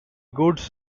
goods